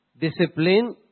discipline